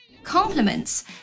compliments